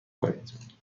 کنید